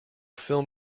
film